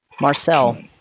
Marcel